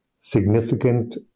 significant